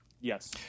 Yes